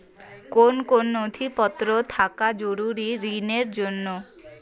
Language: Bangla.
কোন কোন নথিপত্র থাকা জরুরি ঋণের জন্য?